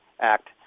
Act